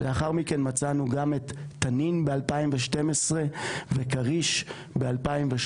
לאחר מכן מצאנו גם את תנין ב-2012 וכריש ב-2013,